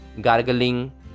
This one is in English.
gargling